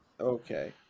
Okay